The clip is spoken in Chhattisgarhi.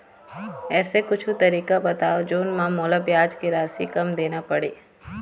ऐसे कुछू तरीका बताव जोन म मोला ब्याज के राशि कम देना पड़े?